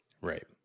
Right